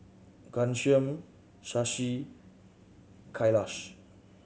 Ghanshyam Shashi Kailash